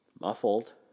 muffled